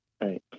Right